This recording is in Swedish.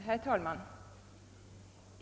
Herr talman!